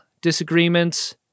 disagreements